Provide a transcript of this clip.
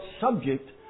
subject